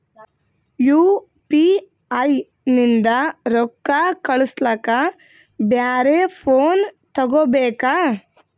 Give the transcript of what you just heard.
UPI ನಿಂದ ರೊಕ್ಕ ಕಳಸ್ಲಕ ಬ್ಯಾರೆ ಫೋನ ತೋಗೊಬೇಕ?